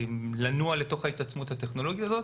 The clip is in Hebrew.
לנוע לתוך ההתעצמות הטכנולוגית הזו.